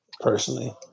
personally